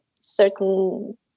certain